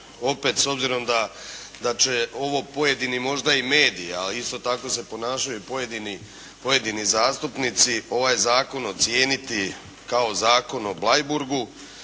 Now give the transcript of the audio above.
opet, s obzirom da će ovo pojedini možda i mediji, a isto tako se ponašaju pojedini zastupnici, ovaj zakon ocijeniti kao zakon o Bleiburgu.